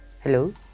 Hello